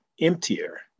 emptier